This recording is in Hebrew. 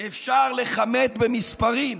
אפשר לכמת במספרים.